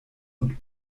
und